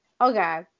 okay